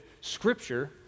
scripture